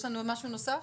יש לנו משהו נוסף?